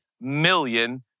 million